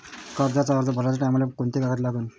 कर्जाचा अर्ज भराचे टायमाले कोंते कागद लागन?